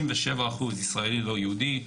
67 אחוז ישראלי לא יהודי,